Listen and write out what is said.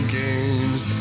games